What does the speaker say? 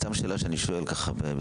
סתם שאלה שאני שואל בסוגריים.